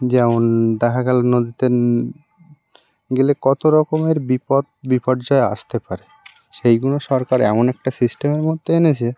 যেমন দেখা গেল নদীতে গেলে কত রকমের বিপদ বিপর্যয় আসতে পারে সেইগুলো সরকার এমন একটা সিস্টেমের মধ্যে এনেছে